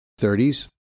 30s